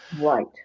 Right